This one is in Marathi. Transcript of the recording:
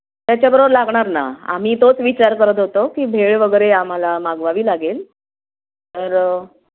त्याच्याबरोबर लागणार ना आम्ही तोच विचार करत होतो की भेळ वगैरे आम्हाला मागवावी लागेल तर